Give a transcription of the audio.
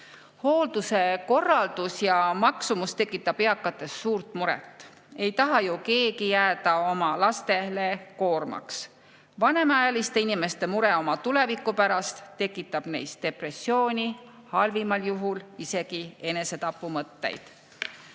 Hoolduse korraldus ja maksumus tekitab eakates suurt muret. Ei taha ju keegi jääda oma lastele koormaks. Vanemaealiste inimeste mure oma tuleviku pärast tekitab neis depressiooni, halvimal juhul isegi enesetapumõtteid.